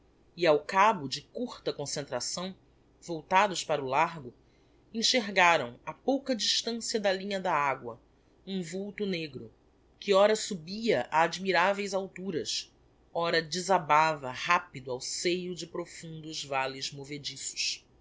e ao cabo de curta concentração voltados para o largo enxergaram a pouca distancia da linha da agua um vulto negro que ora subia a admiraveis alturas ora desabava rapido ao seio de profundos valles movediços